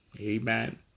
Amen